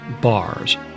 bars